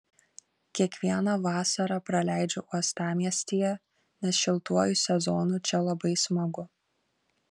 kiekvieną vasarą praleidžiu uostamiestyje nes šiltuoju sezonu čia labai smagu